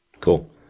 Cool